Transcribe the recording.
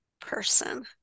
person